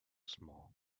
small